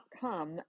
come